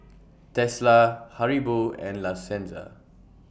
Tesla Haribo and La Senza